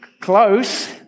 Close